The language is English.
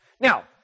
Now